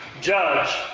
judge